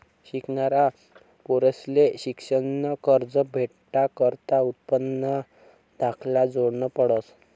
शिकनारा पोरंसले शिक्शननं कर्ज भेटाकरता उत्पन्नना दाखला जोडना पडस